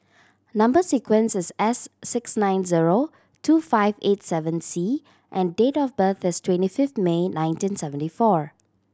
number sequence is S six nine zero two five eight seven C and date of birth is twenty fifth May nineteen seventy four